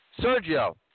Sergio